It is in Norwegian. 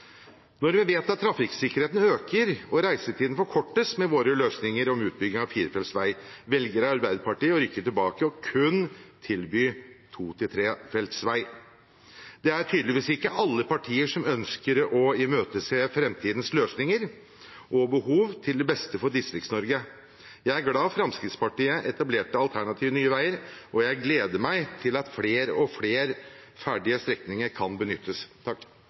Når vi vet at trafikksikkerheten øker og reisetiden forkortes med våre løsninger om utbygging av firefelts vei, velger Arbeiderpartiet å rykke tilbake og kun tilby to- og trefeltsvei. Det er tydeligvis ikke alle partier som ønsker å imøtese framtidens løsninger og behov til det beste for Distrikts-Norge. Jeg er glad Fremskrittspartiet etablerte alternativet Nye veier, og jeg gleder meg til at flere og flere ferdige strekninger kan benyttes.